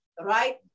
right